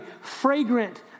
fragrant